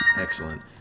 Excellent